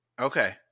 Okay